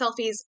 selfies